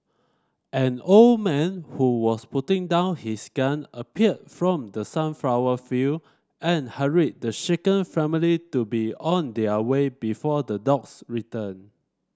an old man who was putting down his gun appeared from the sunflower field and hurried the shaken family to be on their way before the dogs return